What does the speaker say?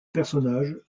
personnage